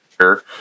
Sure